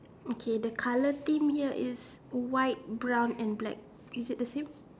okay that colour theme here is white brown and black is it the same